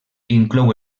inclou